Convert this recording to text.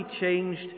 changed